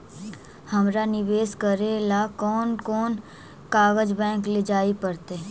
हमरा निवेश करे ल कोन कोन कागज बैक लेजाइ पड़तै?